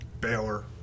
Baylor